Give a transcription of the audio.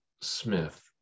Smith